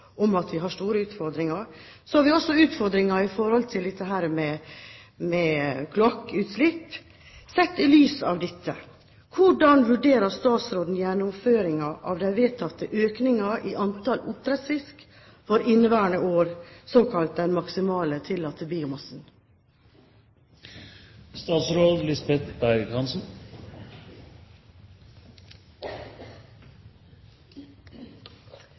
at vi har store utfordringer, har vi også utfordringer i forhold til dette med kloakkutslipp. Sett i lys av dette blir spørsmålet mitt til statsråden: Hvordan vurderer statsråden gjennomføringen av de vedtatte økningene i antall oppdrettsfisk for inneværende år, såkalt